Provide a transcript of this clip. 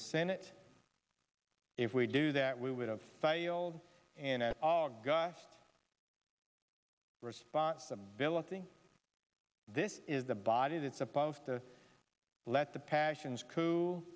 senate if we do that we would have failed and at august responsibility this is the body that's supposed to let the passions co